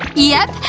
yep,